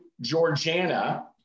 Georgiana